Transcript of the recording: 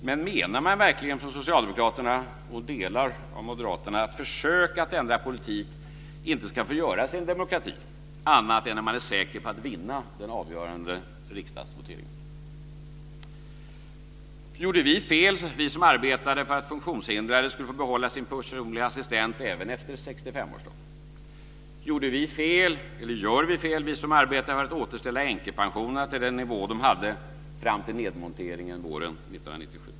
Men menar verkligen Socialdemokraterna och delar av Moderaterna att försök att ändra politik inte ska få göras i en demokrati annat än om man är säker på att vinna den avgörande riksdagsvoteringen? Gjorde vi fel, vi som arbetade för att funktionshindrade skulle få behålla sin personliga assistent även efter 65-årsdagen? Gör vi fel, vi som arbetar för att återställa änkepensionerna till den nivå de hade fram till nedmonteringen våren 1997?